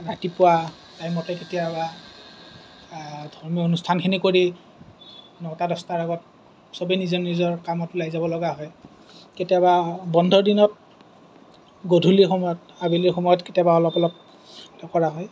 ৰাতিপুৱা টাইমতে কেতিয়াবা ধৰ্মীয় অনুষ্ঠানখিনি কৰি নটা দচটাৰ আগত চবে নিজৰ নিজৰ কামত ওলাই যাব লগা হয় কেতিয়াবা বন্ধৰ দিনত গধূলি সময়ত আবেলি সময়ত কেতিয়াবা অলপ অলপ কৰা হয়